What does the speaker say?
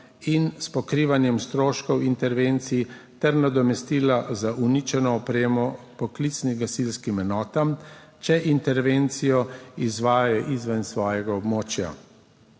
in s pokrivanjem stroškov intervencij ter nadomestila za uničeno opremo poklicnim gasilskim enotam, če intervencijo izvajajo izven svojega območja.